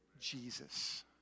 Jesus